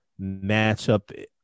matchup